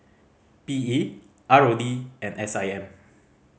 P E R O D and S I M